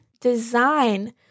design